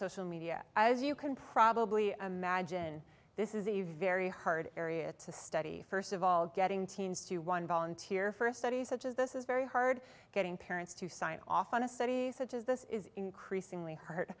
social media as you can probably imagine this is a very hard area to study first of all getting teens to one volunteer first study such as this is very hard getting parents to sign off on a study such as this is increasingly h